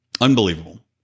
Unbelievable